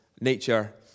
nature